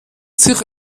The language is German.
sich